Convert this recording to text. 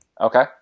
Okay